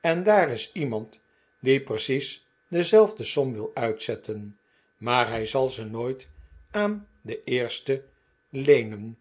en daar is iemand die precies dezelfde som wil uitzetten maar hij zal ze nooit aan den eersten leenen